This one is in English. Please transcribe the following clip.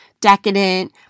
decadent